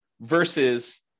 versus